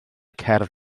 cerdd